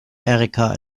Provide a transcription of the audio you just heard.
erika